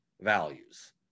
values